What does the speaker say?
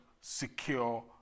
secure